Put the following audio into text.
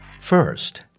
First